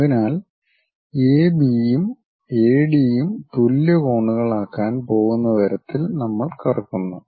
അതിനാൽ എബിയും എഡിയും തുല്യ കോണുകളാക്കാൻ പോകുന്ന തരത്തിൽ നമ്മൾ കറക്കുന്നു